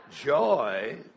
Joy